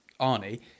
Arnie